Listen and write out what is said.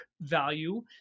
value